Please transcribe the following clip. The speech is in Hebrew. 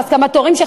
בהסכמת הורים,